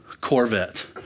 Corvette